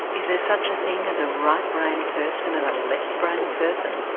is there such a thing as a right brained person and a left brained person?